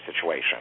situation